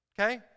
okay